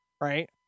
right